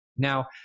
Now